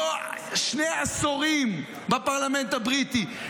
לא שני עשורים בפרלמנט הבריטי,